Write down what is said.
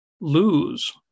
lose